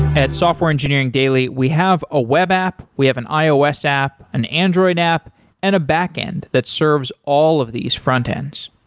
at software engineering daily, we have a web app, we have an ios app, an android app and a back-end that serves all of these frontends.